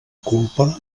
culpa